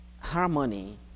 harmony